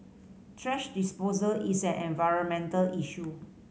thrash disposal is an environmental issue